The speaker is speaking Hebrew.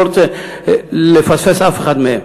לא רוצה לפספס אף אחד מהם.